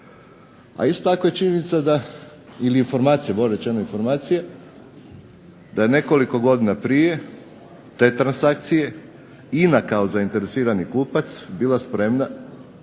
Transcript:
A isto tako je činjenica da ili informacija, bolje rečeno informacija da je nekoliko godina prije te transakcije INA kao zainteresirani kupac bila spremna